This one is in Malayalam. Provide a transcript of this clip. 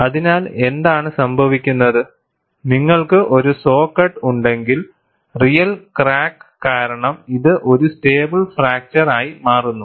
അതിനാൽ എന്താണ് സംഭവിക്കുന്നത് നിങ്ങൾക്ക് ഒരു സോ കട്ട് ഉണ്ടെങ്കിൽ റിയൽ ക്രാക്ക് കാരണം ഇത് ഒരു സ്റ്റേബിൾ ഫ്രാക്ചർ ആയി മാറുന്നു